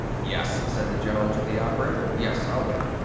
yes, said the general to the operator. yes, i'll wait.